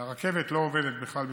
הרכבת לא עובדת בכלל בשבתות.